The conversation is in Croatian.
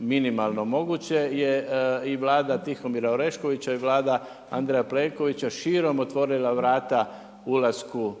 minimalno moguće je i Vlada Tihomira Oreškovića i Vlada Andreja Plenkovića širom otvorila vrata ulasku